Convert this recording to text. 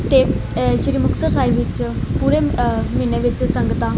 ਅਤੇ ਸ਼੍ਰੀ ਮੁਕਤਸਰ ਸਾਹਿਬ ਵਿੱਚ ਪੂਰੇ ਮਹੀਨੇ ਵਿੱਚ ਸੰਗਤਾਂ